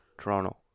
Toronto